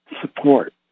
support